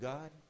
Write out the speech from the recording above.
God